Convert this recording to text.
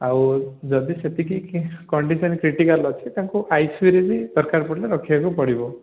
ଆଉ ଯଦି ସେତିକି କଣ୍ଡିସନ୍ କ୍ରିଟିକାଲ୍ ଅଛି ତାଙ୍କୁ ଆଇସିୟୁରେ ବି ଦରକାର ପଡ଼ିଲେ ରଖିବାକୁ ପଡ଼ିବ